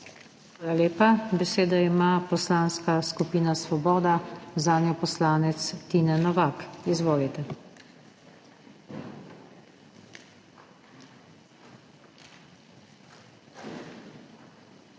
Hvala lepa. Besedo ima Poslanska skupina Svoboda, zanjo poslanec Tine Novak. Izvolite. **TINE